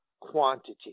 quantity